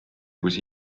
kus